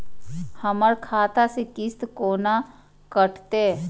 हमर खाता से किस्त कोना कटतै?